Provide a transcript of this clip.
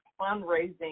fundraising